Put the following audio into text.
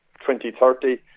2030